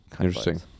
Interesting